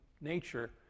nature